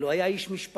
אבל הוא היה איש משפחה,